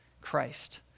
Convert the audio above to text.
Christ